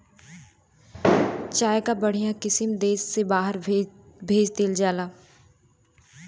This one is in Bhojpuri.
चाय कअ बढ़िया किसिम देस से बहरा भेज देहल जाला